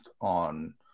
on